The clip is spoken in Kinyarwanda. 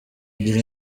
ugira